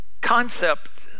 concept